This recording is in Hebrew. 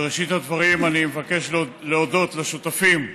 בראשית הדברים אני מבקש להודות לשותפים: